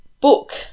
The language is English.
book